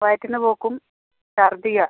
വയറ്റിൽ നിന്ന് പോക്കും ഛർദിയും ആണ്